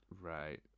right